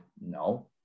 no